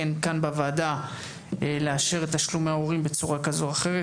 כאן בוועדה לאשר את תשלומי ההורים בצורה כזו או אחרת.